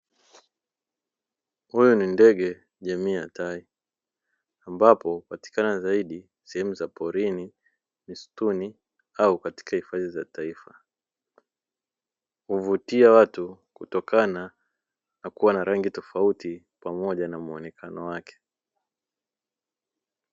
Huyu ni ndege jamii ya tai, ambapo hupatikana zaidi sehemu za porini, misutuni au katika hifadhi za taifa. Huvutia watu kutokana na kuwa na rangi tofauti, pamoja na muonekano wake.